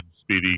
speedy